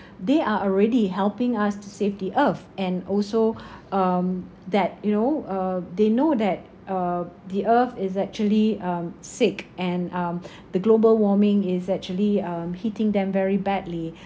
they are already helping us to save the earth and also um that you know uh they know that uh the earth is actually um sick and um the global warming is actually um hitting them very badly